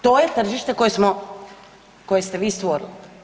To je tržište koje ste vi stvorili.